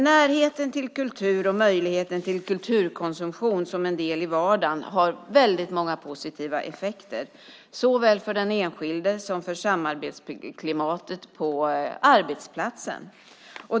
Närheten till kultur och möjligheten till kulturkonsumtion som en del i vardagen har väldigt många positiva effekter, såväl för den enskilde som för samarbetsklimatet på arbetsplatsen.